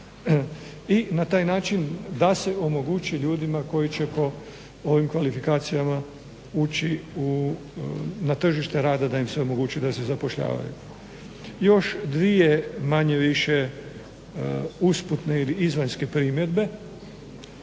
i na taj način da se omogući ljudima koji će po ovim kvalifikacijama uči u, na tržište rada da im se omogući da se zapošljavaju. Još dvije manje-više usputne ili izvanjske primjedbe.